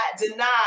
deny